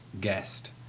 guest